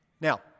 Now